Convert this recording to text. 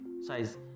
size